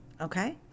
okay